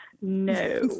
no